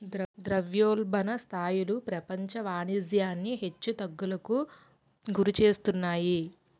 ద్రవ్యోల్బణ స్థాయిలు ప్రపంచ వాణిజ్యాన్ని హెచ్చు తగ్గులకు గురిచేస్తాయి